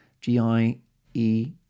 G-I-E